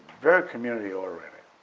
very community-oriented.